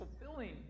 fulfilling